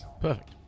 perfect